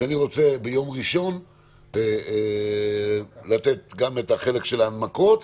כשאני רוצה ביום ראשון לתת גם את החלק של ההנמקות,